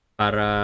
para